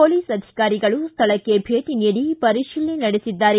police ಅಧಿಕಾರಿಗಳು ಸ್ಥಳಕ್ಷೆ ಭೇಟಿ ನೀಡಿ ಪರಿಶೀಲನೆ ನಡೆಸಿದ್ದಾರೆ